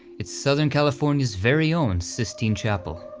it's southern california's very own sistine chapel,